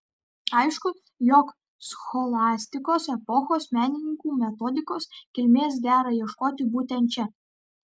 aišku jog scholastikos epochos menininkų metodikos kilmės dera ieškoti būtent čia